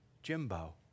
Jimbo